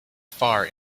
far